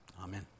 Amen